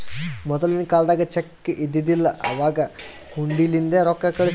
ಮೊದಲಿನ ಕಾಲ್ದಾಗ ಚೆಕ್ ಇದ್ದಿದಿಲ್ಲ, ಅವಾಗ್ ಹುಂಡಿಲಿಂದೇ ರೊಕ್ಕಾ ಕಳುಸ್ತಿರು